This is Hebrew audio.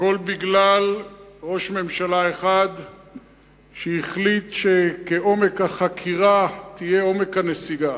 והכול בגלל ראש הממשלה שהחליט שכעומק החקירה יהיה עומק הנסיגה,